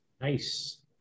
Nice